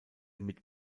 mit